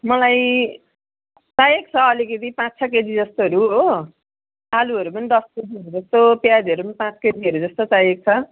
मलाई चाहिएको छ अलिकति पाँच छ केजीजस्तोहरू हो आलुहरू पनि दस केजीहरूजस्तो प्याजहरू पनि पाँच केजीहरूजस्तो चाहिएको छ